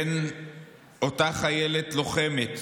בין אותה חיילת לוחמת